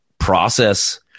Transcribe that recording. process